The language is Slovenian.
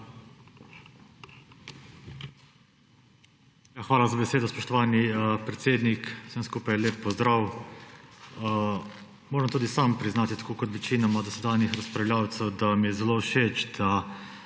Hvala za besedo, spoštovani predsednik. Vsem skupaj lep pozdrav! Moram tudi sam priznati, tako kot večina dosedanjih razpravljavcev, da mi je zelo všeč, da